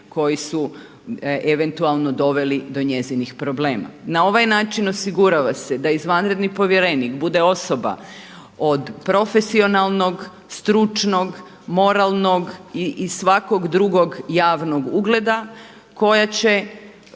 koji su eventualno doveli do njezinih problema. Na ovaj način osigurava se da izvanredni povjerenik bude osoba od profesionalnog, stručnog, moralnog i svakog drugog javnog ugleda koja će